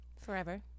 forever